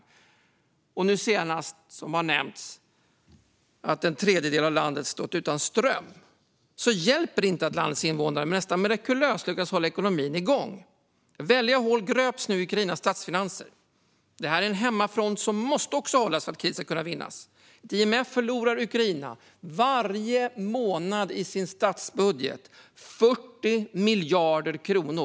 Dessutom - som nu senast har nämnts - har en tredjedel av landet stått utan ström. Då hjälper det inte att landets invånare på ett närmast mirakulöst sätt har lyckats hålla landet igång. Det gröps nu väldiga hål i Ukrainas statsfinanser. Det här är en hemmafront som också måste hållas för att kriget ska kunna vinnas. Enligt IMF förlorar Ukraina varje månad i sin statsbudget 40 miljarder kronor.